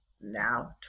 now